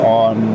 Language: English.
on